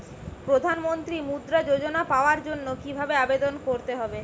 প্রধান মন্ত্রী মুদ্রা যোজনা পাওয়ার জন্য কিভাবে আবেদন করতে হবে?